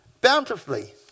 bountifully